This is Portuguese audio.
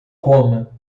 coma